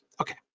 okay